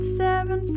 seven